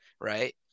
right